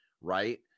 right